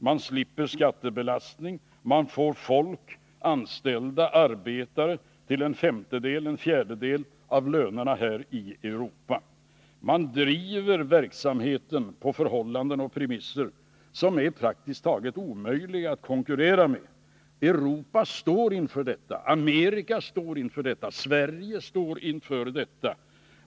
Man slipper skattebelastning. Man får anställd arbetskraft till en femtedel eller en fjärdedel av lönekostnaderna här i Europa. Man driver verksamheten under förhållanden och på premisser som praktiskt taget är omöjliga att konkurrera med. Europa står inför detta. Amerika står inför detta. Sverige står inför detta.